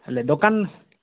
ହେଲେ ଦୋକାନ